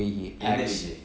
எந்த:entha vijay